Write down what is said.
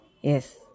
Yes